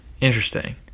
Interesting